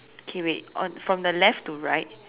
okay wait on from the left to right